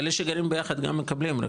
אלה שגרים ביחד גם מקבלים,